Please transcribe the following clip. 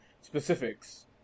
specifics